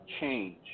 change